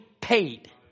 paid